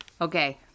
Okay